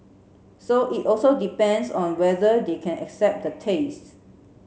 so it also depends on whether they can accept the taste